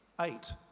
Eight